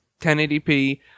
1080p